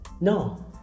No